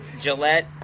Gillette